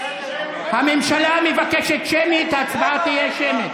הממשלה מבקשת שמית, ההצבעה תהיה שמית.